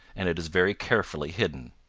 and it is very carefully hidden.